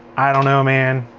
i don't know man,